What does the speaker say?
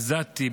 עזתי,